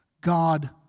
God